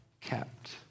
kept